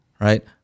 right